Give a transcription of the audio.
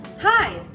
Hi